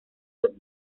los